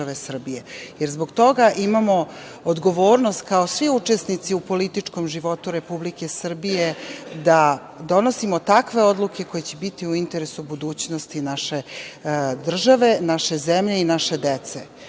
Srbije. Zbog toga imamo odgovornost kao svi učesnici u političkom životu Republike Srbije da donosimo takve odluke koje će biti u interesu budućnosti naše države, naše zemlje i naše dece.I